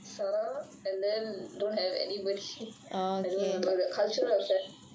so sarah don't have anybody cultural affairs